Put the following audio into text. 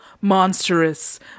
monstrous